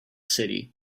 city